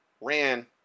ran